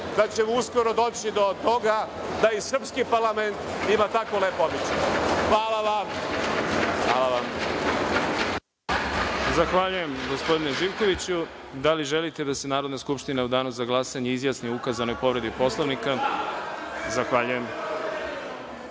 da ćemo uskoro doći do toga da i srpski parlament ima tako lep običaj. Hvala vam.